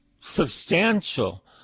substantial